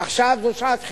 עכשיו זו שעת חירום.